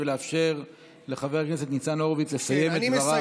ולאפשר לחבר הכנסת ניצן הורוביץ לסיים את דבריו.